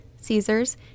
Caesars